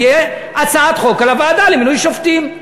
תהיה הצעת חוק על הוועדה למינוי שופטים.